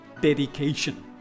Dedication